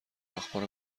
اخبار